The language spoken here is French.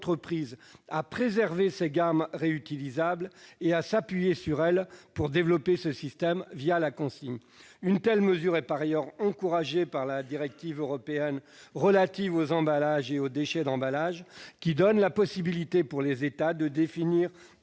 à préserver ces gammes réutilisables et à s'appuyer sur elles pour développer ce système la consigne. Une telle mesure est par ailleurs encouragée par la directive européenne relative aux emballages et aux déchets d'emballages, qui donne la possibilité aux États de définir